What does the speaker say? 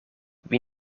wie